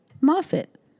Moffat